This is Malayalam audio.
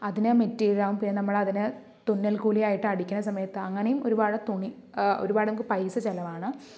അതിനെ മെറ്റീരിയൽ നമ്മൾ അതിനെ തുന്നൽ കൂലിയായിട്ട് അടിക്കുന്ന സമയത്ത് അങ്ങനെയും ഒരുപാട് തുണി ഒരുപാട് നമുക്ക് പൈസ ചിലവാണ്